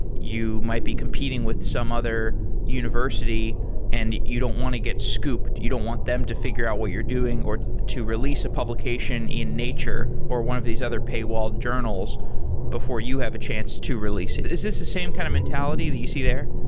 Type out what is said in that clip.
you might be competing with some other university and you don't want to get scooped, you don't want them to figure out what you're doing, or to release a publication in nature, or one of these other paywall journals before you have a chance to release it. is this the same kind of mentality that you see there?